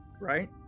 Right